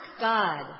God